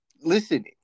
listen